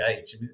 age